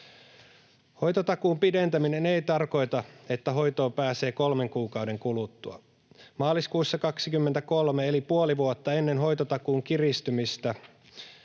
Hoitotakuun pidentäminen ei tarkoita, että hoitoon pääsee kolmen kuukauden kuluttua. Maaliskuussa 23, eli puoli vuotta ennen hoitotakuun kiristymistä